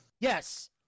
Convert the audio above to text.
Yes